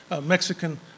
Mexican